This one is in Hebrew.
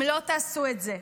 אם לא תעשו את זה,